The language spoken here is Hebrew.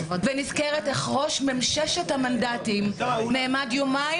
ונזכרת איך ראש ממששת המנדטים נעמד יומיים